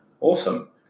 Awesome